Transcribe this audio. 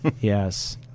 Yes